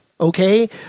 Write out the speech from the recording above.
Okay